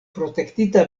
protektita